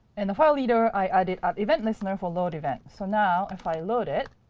and the file reader, i added an event listener for load event. so now, if i load it,